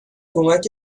کمکت